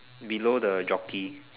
below the jockey